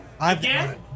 Again